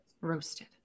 Roasted